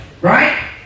right